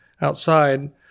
outside